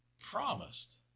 promised